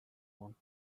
one